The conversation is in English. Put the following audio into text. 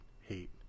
hate